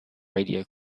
radio